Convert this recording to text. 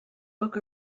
book